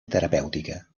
terapèutica